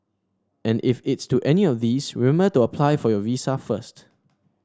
and if it's to any of these remember to apply for your visa first